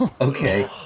Okay